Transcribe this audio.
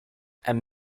and